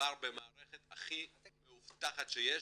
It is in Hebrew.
שמדובר במערכת הכי מאובטחת שיש.